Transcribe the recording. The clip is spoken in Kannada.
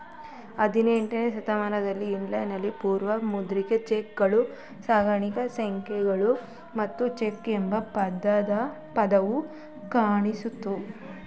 ಹದಿನೆಂಟನೇ ಶತಮಾನದಲ್ಲಿ ಇಂಗ್ಲೆಂಡ್ ನಲ್ಲಿ ಪೂರ್ವ ಮುದ್ರಿತ ಚೆಕ್ ಗಳು ಸರಣಿ ಸಂಖ್ಯೆಗಳು ಮತ್ತು ಚೆಕ್ ಎಂಬ ಪದವು ಕಾಣಿಸಿತ್ತು